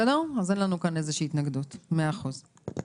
אין לנו כאן איזושהי התנגדות, מאה אחוז.